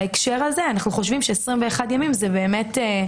בהקשר הזה אנחנו חושבים ש-21 ימים זה סביר.